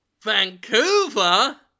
Vancouver